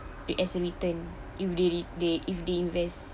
it as a return if they they if they invest